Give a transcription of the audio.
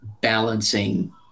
balancing